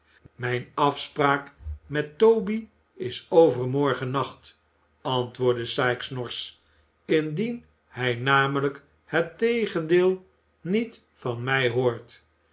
mijne afspraak met toby is overmorgennacht antwoordde sikes norsch indien hij namelijk het tegendeel niet van mij hoort